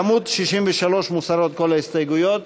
בעמוד 63 מוסרות כל ההסתייגויות.